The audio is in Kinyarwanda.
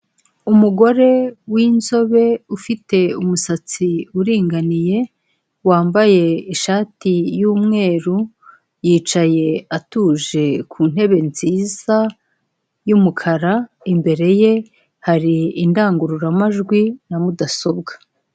Umugore w'inzobe ufite umusatsi uringaniye, wambaye ishati y'umweru, yicaye atuje ku ntebe nziza y'umukara, imbere ye hari indangururamajwi na mudasobwa.